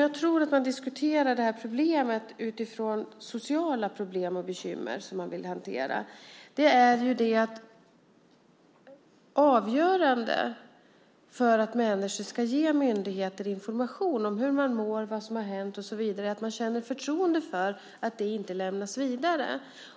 Jag tror att man diskuterar det här problemet utifrån sociala problem och bekymmer som man vill hantera. Det avgörande för att människor ska ge myndigheter information om hur de mår, vad som har hänt och så vidare är ju att de känner förtroende för att det inte lämnas vidare.